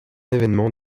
évènement